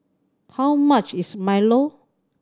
how much is milo